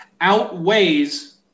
outweighs